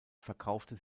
verkaufte